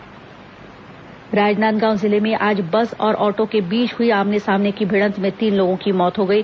दुर्घटना राजनांदगांव जिले में आज बस और ऑटो के बीच हुई आमने सामने की भिडंत में तीन लोगों की मौत हो गई